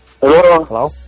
hello